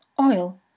oil